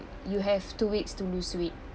you have two weeks to lose weight